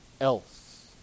else